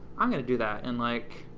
i'm going to do that, and like,